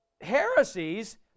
heresies